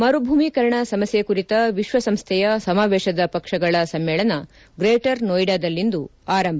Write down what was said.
ಮರಳುಗಾರಿಕೆ ಸಮಸ್ಯೆ ಕುರಿತ ವಿಶ್ಲಸಂಸ್ಡೆಯ ಸಮಾವೇಶದ ಪಕ್ಷಗಳ ಸಮ್ಮೇಳನ ಗ್ರೇಟರ್ ನೋಯಿಡಾದಲ್ಲಿಂದು ಆರಂಭ